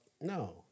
No